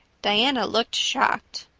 diana looked shocked.